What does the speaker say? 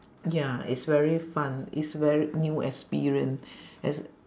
ya it's very fun it's ver~ new experience es~